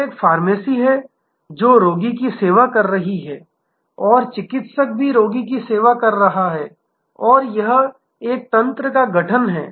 तो एक फार्मेसी है जो रोगी की सेवा कर रही है और चिकित्सक भी रोगी की सेवा कर रहा है और यह एक तंत्र का गठन है